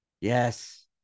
Yes